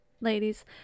Ladies